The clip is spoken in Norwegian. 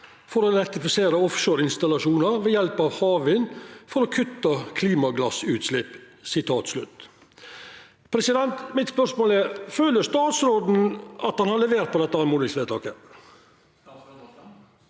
for å elektrifisere offshore-installasjoner ved hjelp av havvind for å kutte klimagassutslipp.» Mitt spørsmål er: Føler statsråden at han har levert på dette oppmodingsvedtaket?